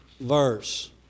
verse